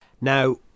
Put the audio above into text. Now